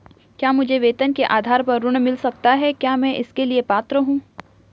क्या मुझे वेतन के आधार पर ऋण मिल सकता है क्या मैं इसके लिए पात्र हूँ?